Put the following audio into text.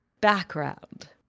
Background